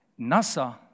nasa